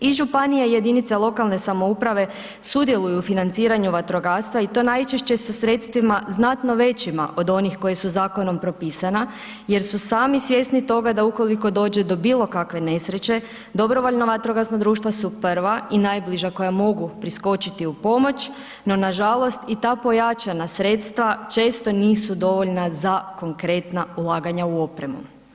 I županije i jedinice lokalne samouprave sudjeluju u financiranju vatrogastva i to najčešće sa sredstvima znatno većima od onih koji su zakonom propisana jer su sami svjesni toga da ukoliko dođe do bilo kakve nesreće, DVD-a su prva i najbliža koja mogu priskočiti u pomoć, no nažalost i ta pojačana sredstva često nisu dovoljna za konkretna ulaganja u opremu.